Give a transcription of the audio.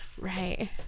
Right